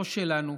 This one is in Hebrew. לא שלנו,